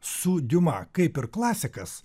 su diuma kaip ir klasikas